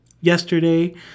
yesterday